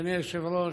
אדוני היושב-ראש,